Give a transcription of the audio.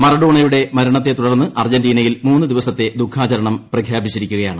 മറഡോണയുടെ മരണത്തെ തുടർന്ന് അർജന്റീനയിൽ മൂന്ന് ദിവസത്തെ ദുഃഖാചരണം പ്രഖ്യാപിച്ചിരിക്കുകയാണ്